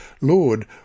Lord